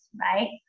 right